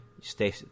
stay